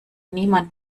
niemand